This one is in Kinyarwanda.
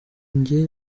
jye